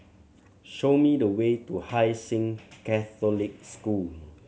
show me the way to Hai Sing Catholic School